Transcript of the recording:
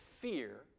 fear